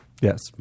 Yes